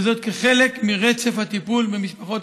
וזאת כחלק מרצף הטיפול במשפחות